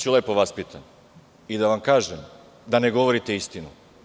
Biću lepo vaspitan i da vam kažem da ne govorite istinu.